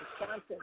Wisconsin